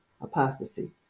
apostasy